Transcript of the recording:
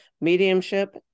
mediumship